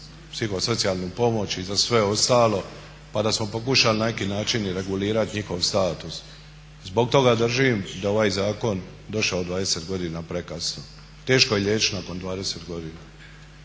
psihosocijalnu pomoć i za sve ostalo pa da smo pokušali na neki način regulirati njihov status. Zbog toga držim da ovaj zakon došao 20 godina prekasno. Teško je liječiti nakon 20 godina,